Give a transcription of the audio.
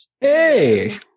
Hey